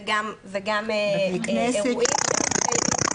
וגם אירועים שמתקיימים.